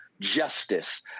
justice